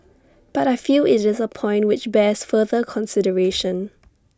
but I feel IT is A point which bears further consideration